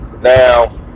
now